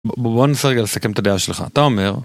בואו ננסה רגע לסכם את הדעה שלך, אתה אומר